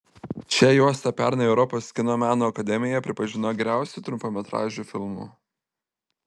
šią juostą pernai europos kino meno akademija pripažino geriausiu trumpametražiu filmu